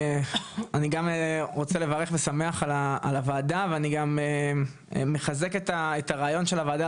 אני גם רוצה לברך ושמח על הוועדה ואני גם מחזק את הרעיון של הוועדה,